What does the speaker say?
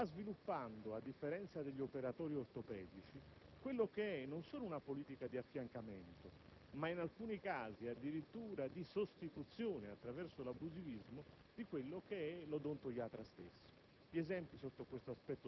da anni va sviluppando, a differenza degli operatori ortopedici, non solo una politica di affiancamento, ma in alcuni casi addirittura di sostituzione attraverso l'abusivismo dell'odontoiatra stesso.